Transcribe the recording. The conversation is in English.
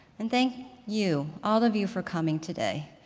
and thank you all of you for coming today.